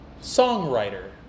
songwriter